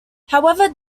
however